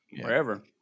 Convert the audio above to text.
Wherever